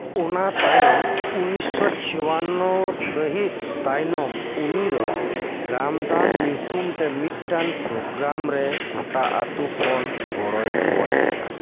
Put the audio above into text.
ᱚᱱᱟ ᱛᱟᱭᱚᱢ ᱩᱱᱤᱥ ᱥᱚ ᱪᱩᱭᱟᱱᱱᱚ ᱥᱟᱹᱦᱤᱛ ᱛᱟᱭᱱᱚᱢ ᱩᱱᱤ ᱫᱚ ᱜᱽᱨᱟᱢ ᱫᱟᱱ ᱧᱩᱛᱩᱢ ᱛᱮ ᱢᱤᱫᱴᱟᱝ ᱯᱨᱳᱜᱽᱨᱟᱢ ᱨᱮ ᱜᱚᱴᱟ ᱟᱹᱛᱩ ᱠᱷᱚᱱ ᱜᱚᱲᱚᱭ ᱠᱷᱚᱡᱽ ᱞᱮᱫᱟ